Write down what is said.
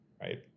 right